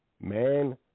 Man